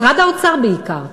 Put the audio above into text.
משרד האוצר בעיקר,